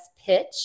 pitch